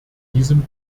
diesem